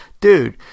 Dude